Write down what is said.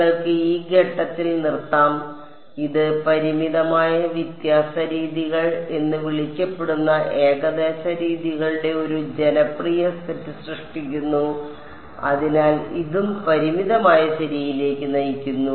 നിങ്ങൾക്ക് ഈ ഘട്ടത്തിൽ നിർത്താം ഇത് പരിമിതമായ വ്യത്യാസ രീതികൾ എന്ന് വിളിക്കപ്പെടുന്ന ഏകദേശ രീതികളുടെ ഒരു ജനപ്രിയ സെറ്റ് സൃഷ്ടിക്കുന്നു അതിനാൽ ഇതും പരിമിതമായ ശരിയിലേക്ക് നയിക്കുന്നു